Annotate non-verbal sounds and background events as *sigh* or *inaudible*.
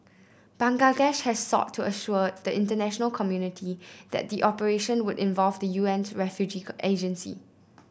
Bangladesh has sought to assure the international community that the operation would involve the U N's refugee *unintelligible* agency